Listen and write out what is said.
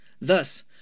thus